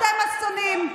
אתם השונאים,